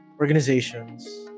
organizations